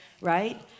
right